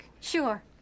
Sure